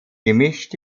gemischt